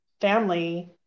family